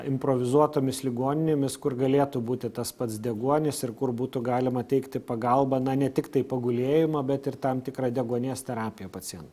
improvizuotomis ligoninėmis kur galėtų būti tas pats deguonis ir kur būtų galima teikti pagalbą na ne tiktai pagulėjimą bet ir tam tikrą deguonies terapiją pacient